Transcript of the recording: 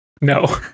No